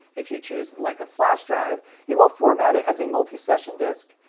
if you choose like a flash drive it will format it as a multi-session disc,